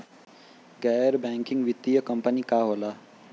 गैर बैकिंग वित्तीय कंपनी का होला?